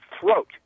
throat